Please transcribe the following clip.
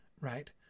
right